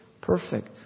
perfect